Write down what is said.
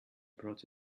brought